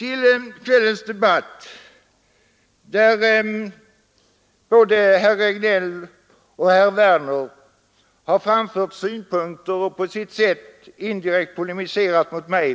I kvällens debatt har både herr Regnéll och herr Werner i Malmö framfört synpunkter och på sitt sätt indirekt polemiserat mot mig.